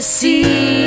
see